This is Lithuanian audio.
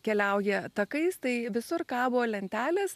keliauja takais tai visur kabo lentelės